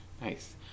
Nice